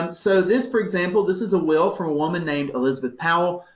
um so this for example, this is a will from a woman named elizabeth powell,